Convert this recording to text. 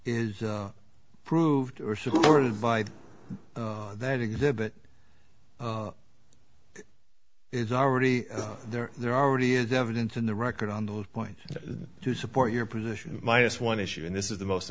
is proved or supported by that exhibit is already there there already is evidence in the record on those points to support your position minus one issue and this is the most